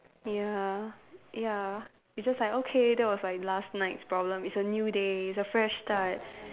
ya ya it's just like okay that was like last night's problem it's a new day it's a fresh start